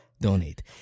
donate